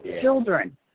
children